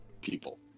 people